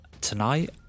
tonight